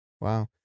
Wow